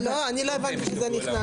אני לא הבנתי שזה נכנס.